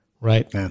right